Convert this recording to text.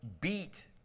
beat